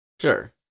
Sure